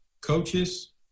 coaches